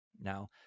Now